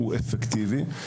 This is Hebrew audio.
הוא אפקטיבי.